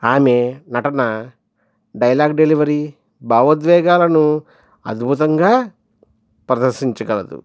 ఆమె నటన dialogue delivery భావోద్వేగాలను అద్భుతంగా ప్రదర్శించగలదు